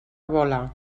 vola